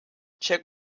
check